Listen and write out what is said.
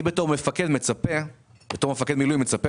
אני בתור מפקד מילואים מצפה